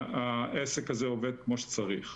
והעסק הזה עובד כמו שצריך.